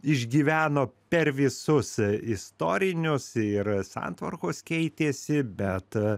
išgyveno per visus istorinius ir santvarkos keitėsi bet